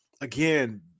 again